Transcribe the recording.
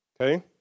Okay